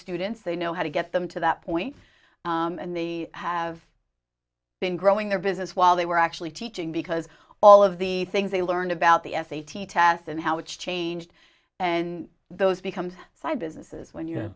students they know how to get them to that point and the have been growing their business while they were actually teaching because all of the things they learned about the s a t tests and how it's changed and those becomes side businesses when you're